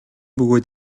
бөгөөд